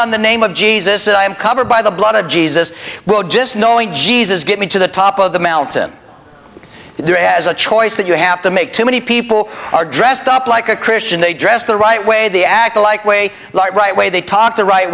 on the name of jesus i am covered by the blood of jesus will just knowing jesus get me to the top of the mountain if you as a choice that you have to make too many people are dressed up like a christian they dress the right way the acolyte way like right way they talk the right